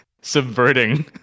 subverting